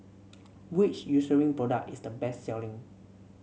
which Eucerin product is the best selling